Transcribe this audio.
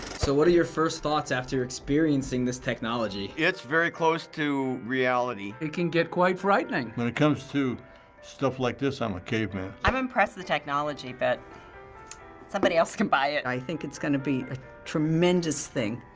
so what are your first thoughts after experiencing this technology? it's very close to reality. it can get quite frightening. when it comes to stuff like this, i'm a caveman. i'm impressed with the technology, but somebody else can buy it. i think it's gonna be a tremendous thing.